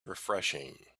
refreshing